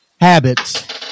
habits